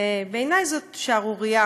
בעיניי זאת שערורייה